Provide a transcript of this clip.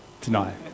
tonight